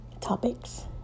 topics